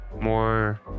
More